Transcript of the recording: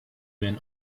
been